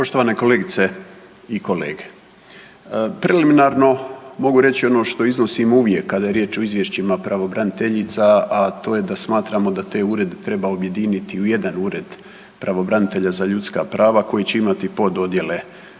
Poštovane kolegice i kolege. Preliminarno mogu reći ono što iznosimo uvijek kada je riječ o izvješćima pravobraniteljica, a to je da smatramo da te urede treba objediniti u jedan ured pravobranitelja za ljudska prava koji će imati pod odjele koje